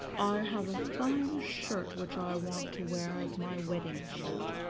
i have a fine shirt which i want to wear as my wedding shirt,